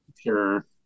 Sure